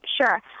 Sure